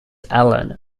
allen